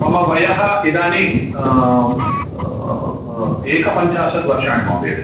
मम वयः इदानीं एकपञ्चाषद्वर्षाणि महोदय